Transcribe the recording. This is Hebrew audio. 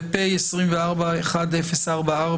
ו-פ/1044/24,